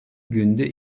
günde